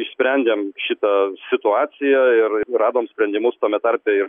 išsprendėm šitą situaciją ir ir radom sprendimus tame tarpe ir